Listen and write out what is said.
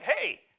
hey